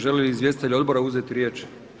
Žele li izvjestitelji odbora uzet riječ?